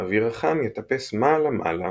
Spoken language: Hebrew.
האוויר החם יטפס מעלה-מעלה